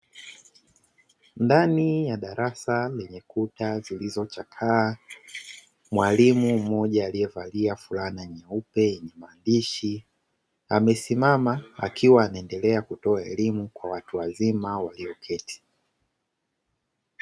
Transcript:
Ndani ya darasa lenye kuta zilizochakaa mwalimu mmoja aliyevalia fulana nyeupe yenye maandishi, amesimama akiwa anaendelea kutoa elimu kwa watu wazima walioketi.